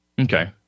Okay